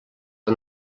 que